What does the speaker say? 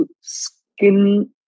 skin